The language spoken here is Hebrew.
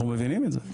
אנחנו מבינים את זה.